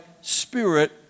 spirit